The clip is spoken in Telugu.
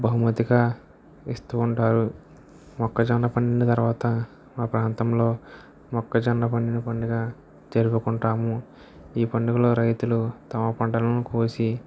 బహుమతిగా ఇస్తూ ఉంటారు మొక్క జొన్న పండిన తర్వాత మా ప్రాంతంలో మొక్కజొన్న పండిన పండగ జరుపుకుంటాము ఈ పండుగలో రైతులు తమ పంటలను కోసి